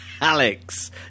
Alex